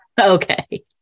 okay